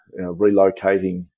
relocating